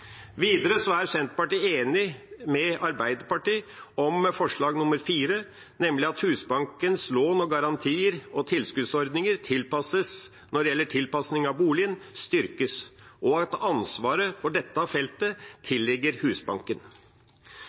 er Senterpartiet enig med Arbeiderpartiet om forslag nr. 4, nemlig at Husbankens lån og garantier og tilskuddsordninger for tilpasning av boligen styrkes, og at ansvaret for dette feltet tilligger Husbanken.